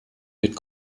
mit